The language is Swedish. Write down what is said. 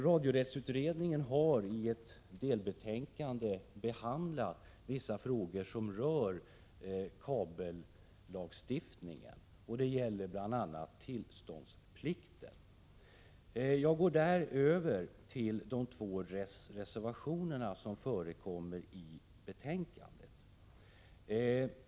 Radiorättsutredningen har i ett delbetänkande tagit upp vissa frågor som berör kabellagstiftningen. Det gäller bl.a. tillståndsplikten. Jag går nu över till att kommentera de två reservationer som har fogats till betänkandet.